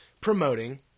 Promoting